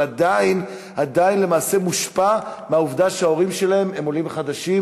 אבל עדיין למעשה מושפע מהעובדה שההורים הם עולים חדשים,